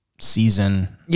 season